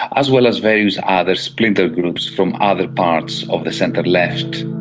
as well as various other splinter groups from other parts of the centre left.